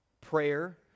Prayer